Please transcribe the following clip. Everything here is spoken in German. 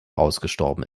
ausgestorben